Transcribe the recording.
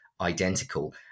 identical